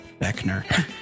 Beckner